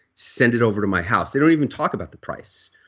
send it over to my house. they don't even talk about the price.